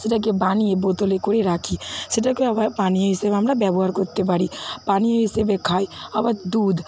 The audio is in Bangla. সেটাকে বানিয়ে বোতলে করে রাখি সেটাকে আবার পানীয় হিসাবে আমরা ব্যবহার করতে পারি পানীয় হিসেবে খাই আবার দুধ